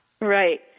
Right